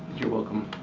you're welcome.